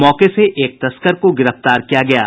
मौके से एक तस्कर को गिरफ्तार किया गया है